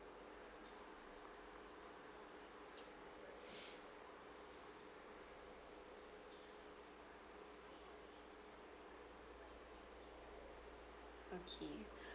okay